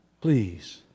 please